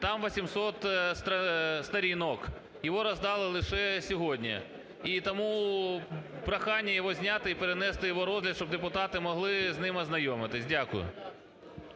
Там 800 сторінок. Його роздали лише сьогодні. І тому прохання його зняти і перенести його розгляд, щоб депутати могли з ним ознайомитись. Дякую.